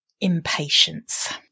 impatience